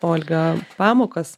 olgą pamokas